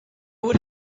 would